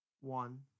one